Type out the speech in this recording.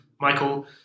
Michael